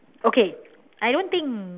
okay I don't think